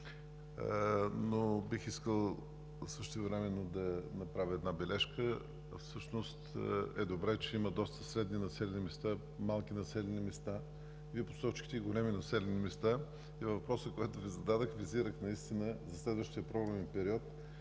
но бих искал същевременно да направя една бележка. Всъщност е добре, че има доста средни населени места, малки населени места, Вие посочихте и големи населени места, и във въпроса, който Ви зададох, визирах наистина за следващия програмен период